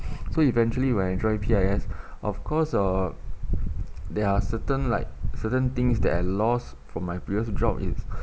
so eventually when I drive here I guess of course uh there are certain like certain things that I lost from my previous job is